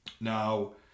now